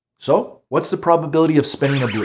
so what is the probability of spinning a blue?